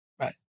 right